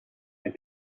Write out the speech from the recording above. and